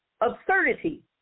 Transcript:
absurdity